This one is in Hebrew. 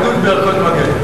לגבי ההצטיידות בערכות מגן.